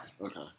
Okay